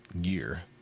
year